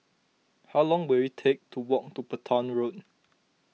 how long will it take to walk to Petain Road